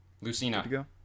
Lucina